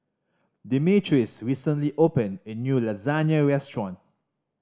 Demetrios recently opened a new Lasagne Restaurant